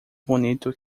bonito